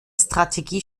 strategie